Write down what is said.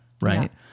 right